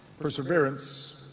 Perseverance